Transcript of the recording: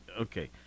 okay